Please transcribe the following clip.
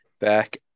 back